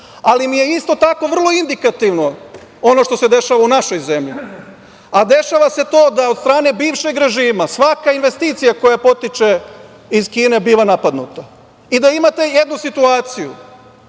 ali mi je isto tako vrlo indikativno ono što se dešava u našoj zemlji, a dešava se to da je od strane bivšeg režima svaka investicija koja potiče iz Kine bila napadnuta. Imate jednu situaciju